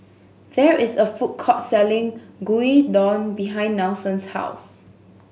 there is a food court selling Gyudon behind Nelson's house